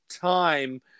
time